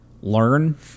learn